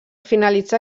finalitzar